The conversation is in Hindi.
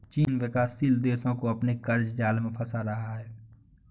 चीन विकासशील देशो को अपने क़र्ज़ जाल में फंसा रहा है